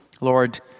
Lord